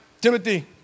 Timothy